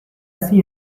see